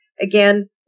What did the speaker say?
Again